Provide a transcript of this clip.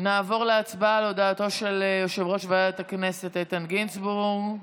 נעבור להצבעה על הודעתו של יושב-ראש ועדת הכנסת איתן גינזבורג.